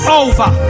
over